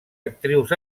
actrius